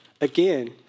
again